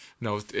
No